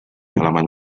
halaman